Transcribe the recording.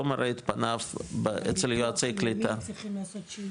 לא מראה את פניו אצל יועצי קליטה --- ביטוח לאומי צריכים לעשות איזשהו